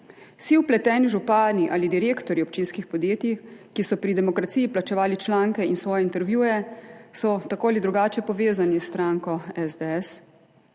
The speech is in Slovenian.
Vsi vpleteni, župani ali direktorji občinskih podjetij, ki so pri Demokraciji plačevali članke in svoje intervjuje, so tako ali drugače povezani s stranko SDS.